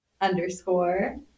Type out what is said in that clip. underscore